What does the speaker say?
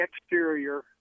exterior